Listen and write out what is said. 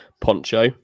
Poncho